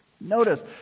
Notice